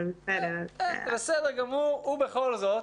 זה בסדר גמור, ובכל זאת.